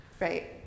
right